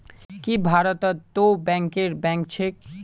की भारतत तो बैंकरेर बैंक छेक